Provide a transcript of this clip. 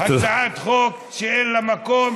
הצעת חוק שאין לה מקום,